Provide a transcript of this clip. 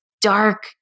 dark